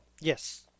Yes